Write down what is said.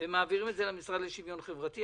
מעבירים את זה למשרד לשוויון חברתי.